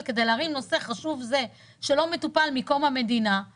כדי להרים נושא חשוב זה שלא מטופל מאז קום המדינה,